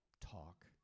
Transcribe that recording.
talk